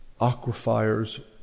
aquifers